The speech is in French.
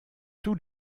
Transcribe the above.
tous